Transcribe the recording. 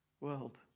world